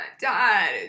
dad